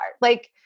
Like-